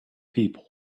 people